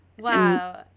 Wow